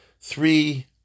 three